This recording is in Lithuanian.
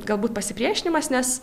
galbūt pasipriešinimas nes